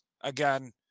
again